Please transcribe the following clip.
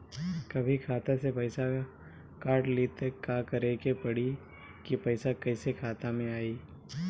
कभी खाता से पैसा काट लि त का करे के पड़ी कि पैसा कईसे खाता मे आई?